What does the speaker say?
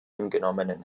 angenommenen